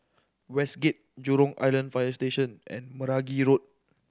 Westgate Jurong Island Fire Station and Meragi Road